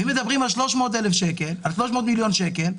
ואם מדברים על 300 מיליון שקל,